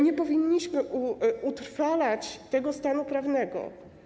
Nie powinniśmy utrwalać tego stanu prawnego.